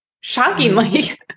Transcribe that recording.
Shockingly